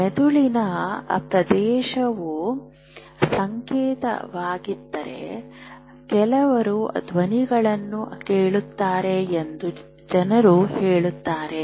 ಮೆದುಳಿನ ಪ್ರದೇಶವು ಸಂಕೇತವಾಗಿದ್ದರೆ ಕೆಲವರು ಧ್ವನಿಗಳನ್ನು ಕೇಳುತ್ತಾರೆ ಎಂದು ಜನರು ಹೇಳುತ್ತಾರೆ